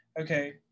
Okay